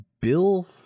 Bill